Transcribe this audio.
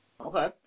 Okay